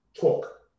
talk